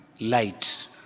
light